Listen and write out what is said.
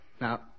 Now